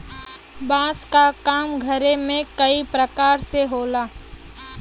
बांस क काम घरे में कई परकार से होला